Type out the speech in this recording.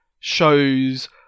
shows